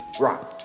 dropped